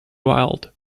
wilde